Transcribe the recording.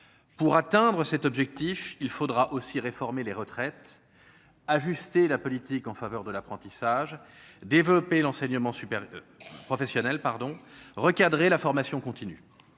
pour atteindre cet objectif, il faudra aussi réformer les retraites ajuster la politique en faveur de l'apprentissage, développer l'enseignement supérieur professionnel pardon recadrer la formation continue,